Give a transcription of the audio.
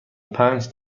پنج